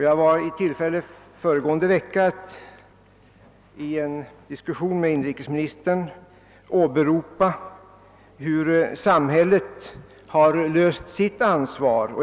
Jag hade under föregående vecka tillfälle att i en diskussion med inrikesministern belysa hur samhället har löst frågan om sitt ansvar.